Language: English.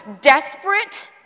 desperate